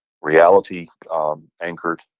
reality-anchored